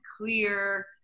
clear